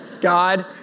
God